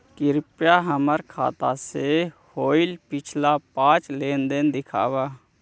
कृपा हमर खाता से होईल पिछला पाँच लेनदेन दिखाव